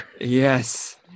yes